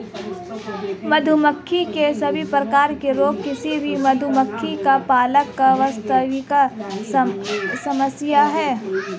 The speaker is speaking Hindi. मधुमक्खी के सभी प्रकार के रोग किसी भी मधुमक्खी पालक की वास्तविक समस्या है